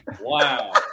Wow